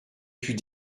puis